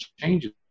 changes